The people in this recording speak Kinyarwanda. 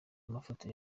mafoto